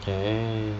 can